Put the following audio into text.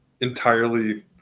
entirely